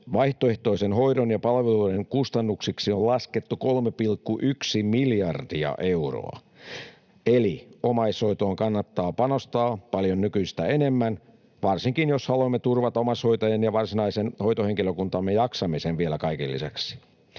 vaihtoehtoisen hoidon ja palveluiden kustannuksiksi on laskettu 3,1 miljardia euroa. Eli omaishoitoon kannattaa panostaa paljon nykyistä enemmän varsinkin, jos haluamme turvata omaishoitajien ja varsinaisen hoitohenkilökuntamme jaksamisen vielä kaiken lisäksi.